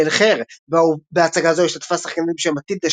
אלחייר" - בהצגה זו השתתפה שחקנית בשם מתילדה